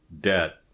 debt